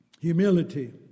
Humility